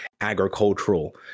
agricultural